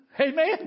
Amen